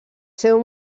seu